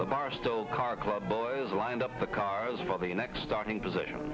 the barstow car club owners lined up the cars for the next starting position